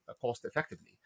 cost-effectively